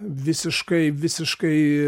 visiškai visiškai